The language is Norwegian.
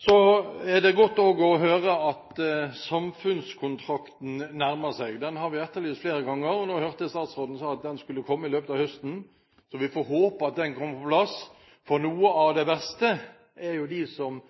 Det er også godt å høre at samfunnskontrakten nærmer seg. Den har vi etterlyst flere ganger, og nå hørte jeg statsråden si at den skal komme i løpet av høsten. Vi får håpe at den kommer på plass, for noe av det verste er at de som